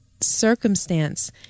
circumstance